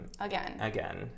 again